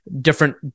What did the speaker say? different